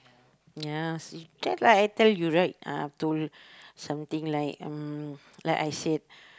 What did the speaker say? ya just like I tell you right ah told something like mm like I said